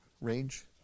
Range